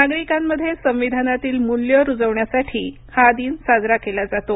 नागरिकांमध्ये संविधानातील मूल्य रुजवण्यासाठी हा दिन साजरा केला जातो